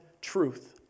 truth